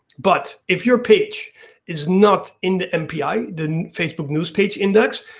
but if your page is not in the mpi, the and facebook news page index,